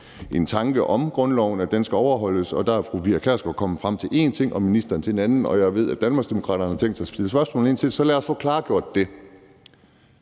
en tanke om grundloven, og at den skal overholdes, og der er fru Pia Kjærsgaard kommet frem til én ting og ministeren til en anden, og jeg ved, at Danmarksdemokraterne har tænkt sig at stille spørgsmål ind til det, og lad os så få klargjort det.